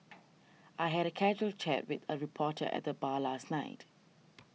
I had a casual chat with a reporter at the bar last night